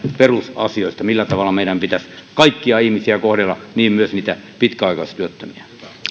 perusasioista millä tavalla meidän pitäisi kaikkia ihmisiä kohdella myös niitä pitkäaikaistyöttömiä